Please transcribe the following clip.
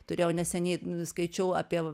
turėjau neseniai skaičiau apie